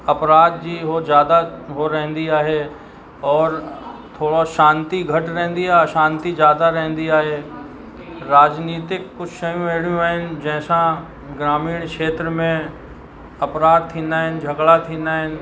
अपराध जी हो ज़्यादा हो रहंदी आहे और उहा शांती घटि रहंदी आहे अशांती ज़्यादा रहंदी आहे राजनीतिक कुझु शयूं अहिड़ियूं आहिनि जंहिंसां ग्रामीण क्षेत्र में अपराध थींदा आहिनि झगड़ा थींदा आहिनि